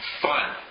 fun